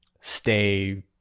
stay